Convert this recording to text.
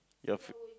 your f~